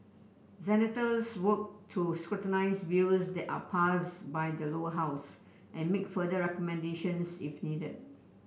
senators work to scrutinise bills that are passed by the Lower House and make further recommendations if needed